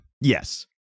Yes